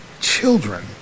children